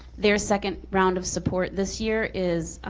their second round of support this year is